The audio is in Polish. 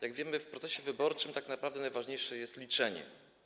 Jak wiemy, w procesie wyborczym tak naprawdę najważniejsze jest liczenie.